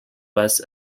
west